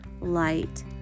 light